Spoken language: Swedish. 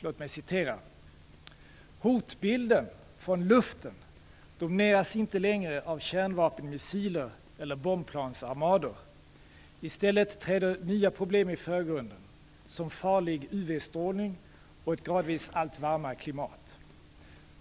Låt mig citera: "Hotbilden från luften domineras inte längre av kärnvapenmissiler eller bombplansarmador. Istället träder nya problem i förgrunden som farligt UV-strålning och ett gradvis allt varmare klimat.